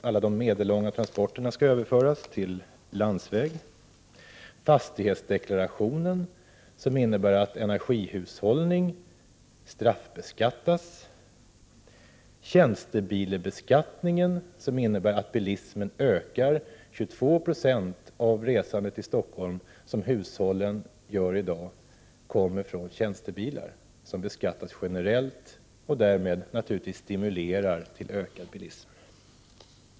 Alla de medellånga transporterna skall överföras till landsväg. Beslutet om fastighetsdeklarationen innebär att energihushållning straffbeskattas. Tjänstebilsbeskattningen kommer att innebära att bilismen ökar. 22 26 av hushållens resande i Stockholm i dag sker med tjänstebilar som beskattas generellt. Det stimulerar naturligtvis till ökad bilism.